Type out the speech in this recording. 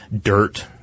dirt